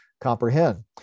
comprehend